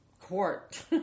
court